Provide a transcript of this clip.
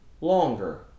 longer